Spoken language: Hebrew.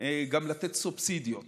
מאוד גם לתת סובסידיות